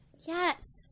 yes